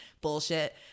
Bullshit